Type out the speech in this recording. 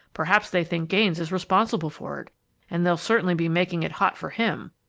perhaps they think gaines is responsible for and they'll certainly be making it hot for him!